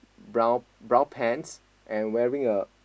brown brown pants and wearing a